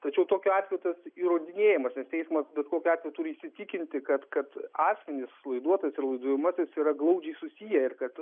tačiau tokiu atveju tas įrodinėjimas nes teismas bet kokiu atveju turi įsitikinti kad kad asmenys laiduotojas ir laiduojamasis yra glaudžiai susiję ir kad